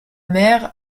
mer